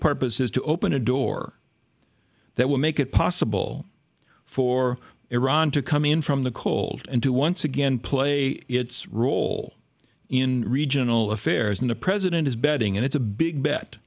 purpose is to open a door that will make it possible for iran to come in from the cold and to once again play its role in regional affairs and the president is betting and it's a big bet